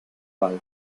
wald